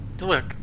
Look